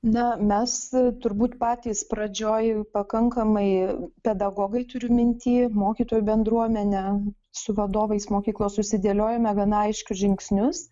na mes turbūt patys pradžioj pakankamai pedagogai turiu minty mokytojų bendruomenė su vadovais mokyklos susidėliojome gana aiškius žingsnius